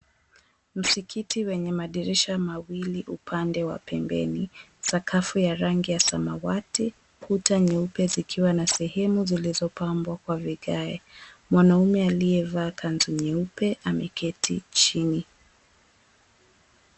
Msikiti wenye madirisha mawili upande wa pembeni sakafu ya rangi ya samawati, ukuta nyeupe zikiwa na sehemu zilizopambwa kwa vigae, mwanaume aliyevaa kanzu nyeupe ameketi chini.